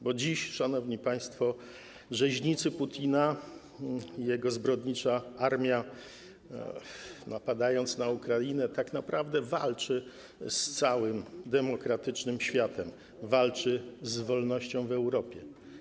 Bo dziś, szanowni państwo, rzeźnicy Putina i jego zbrodnicza armia, napadając na Ukrainę, walczą tak naprawdę z całym demokratycznym światem, walczą z wolnością w Europie.